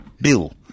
Bill